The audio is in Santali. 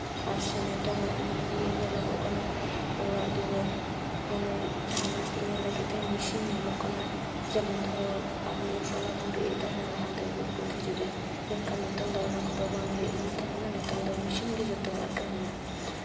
ᱟᱨ ᱥᱮ ᱱᱤᱛᱳᱜᱟᱜ ᱤᱭᱟᱹ ᱧᱮᱞᱚᱜᱚᱜ ᱠᱟᱱᱟ ᱚᱲᱟᱜ ᱫᱩᱣᱟᱹᱨ ᱢᱟᱱᱮ ᱡᱟᱦᱟᱱᱟᱜ ᱤᱭᱟᱹ ᱞᱟᱹᱜᱤᱫ ᱛᱮ ᱢᱤᱥᱤᱱ ᱧᱟᱢᱚᱜ ᱠᱟᱱᱟ ᱡᱮᱢᱚᱱ ᱫᱷᱚᱨᱚ ᱟᱵᱚ ᱢᱚᱥᱞᱟ ᱵᱚ ᱨᱤᱫ ᱮᱫ ᱛᱟᱦᱮᱸᱫᱼᱟ ᱞᱟᱦᱟᱫᱚ ᱜᱩᱲᱜᱩ ᱫᱷᱤᱨᱤ ᱨᱮ ᱢᱮᱱᱠᱷᱟᱱ ᱱᱤᱛᱳᱝ ᱫᱚ ᱚᱱᱟ ᱠᱚᱫᱚ ᱵᱟᱝ ᱨᱤᱫ ᱦᱩᱭᱩᱜ ᱛᱟᱵᱚᱱᱟ ᱱᱤᱛᱳᱝ ᱫᱚ ᱢᱤᱥᱤᱱ ᱜᱮ ᱡᱚᱛᱚᱣᱟᱜᱼᱮ ᱠᱟᱹᱢᱤᱭᱟ